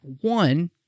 One